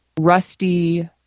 rusty